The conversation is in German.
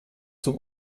zum